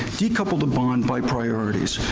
decouple the bond by priorities,